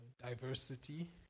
Diversity